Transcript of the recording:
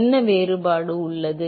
என்ன வேறுபாடு உள்ளது